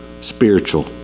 spiritual